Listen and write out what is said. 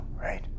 right